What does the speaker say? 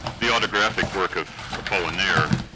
the autographic work of apollinaire,